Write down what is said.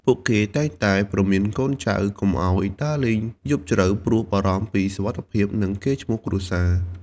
ពួកគេតែងព្រមានកូនចៅកុំឱ្យដើរលេងយប់ជ្រៅ ព្រោះបារម្ភពីសុវត្ថិភាព និងកេរ្តិ៍ឈ្មោះគ្រួសារ។